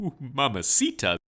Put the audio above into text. mamacita